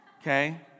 okay